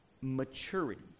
maturity